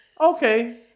Okay